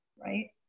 right